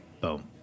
boom